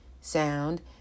sound